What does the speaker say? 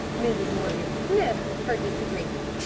mrs. morgan sniffed her disagreement.